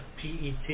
PET